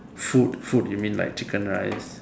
food food you mean like chicken rice